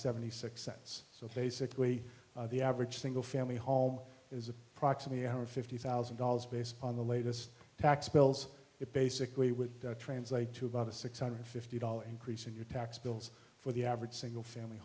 seventy six cents so basically the average single family home is approximately one hundred fifty thousand dollars based on the latest tax bills it basically would translate to about a six hundred fifty dollar increase in your tax bills for the average single family